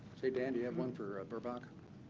say, dan, do you have one for verbach?